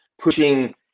pushing